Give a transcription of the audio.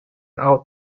out